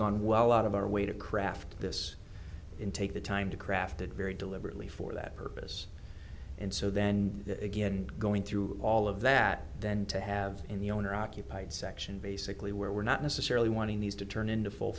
gone well out of our way to craft this in take the time to craft that very deliberately for that purpose and so then again going through all of that then to have in the owner occupied section basically where we're not necessarily wanting these to turn into full